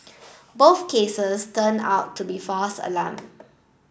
both cases turned out to be false alarm